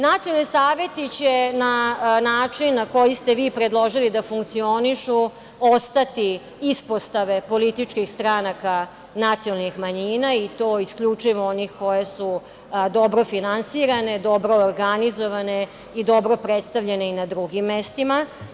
Nacionalni saveti će na način na koji ste vi predložili da funkcionišu ostati ispostave političkih stranaka nacionalnih manjina i to isključivo onih koje su dobro finansirane, dobro organizovane i dobro predstavljene i na drugim mestima.